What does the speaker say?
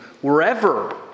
wherever